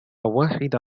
واحدة